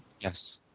Yes